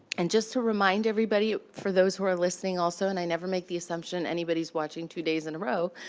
and just to remind everybody, for those who are listening also and i never make the assumption anybody's watching two days in a row.